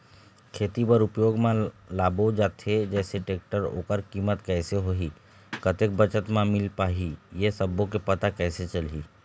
खेती बर उपयोग मा लाबो जाथे जैसे टेक्टर ओकर कीमत कैसे होही कतेक बचत मा मिल पाही ये सब्बो के पता कैसे चलही?